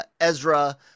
Ezra